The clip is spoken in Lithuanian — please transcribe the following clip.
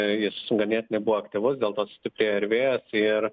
jis ganėtinai buvo aktyvus dėl to sustiprėjo ir vėjo ir